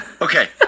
Okay